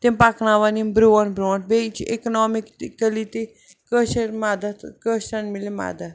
تِم پَکناوان یِم برٛونٛٹھ برٛونٛٹھ بیٚیہِ چھِ اِکنامِکٔلی تہِ کٲشِر مدد کٲشریٚن مِلہِ مدد